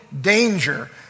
danger